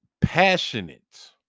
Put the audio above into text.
passionate